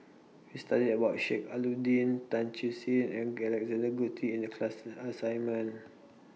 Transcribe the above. We studied about Sheik Alau'ddin Tan Siew Sin and Alexander Guthrie in The class assignment